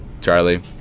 charlie